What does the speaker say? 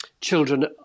children –